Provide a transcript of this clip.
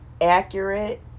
accurate